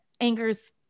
anger's